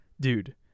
dude